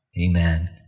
amen